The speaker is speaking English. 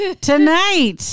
Tonight